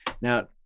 Now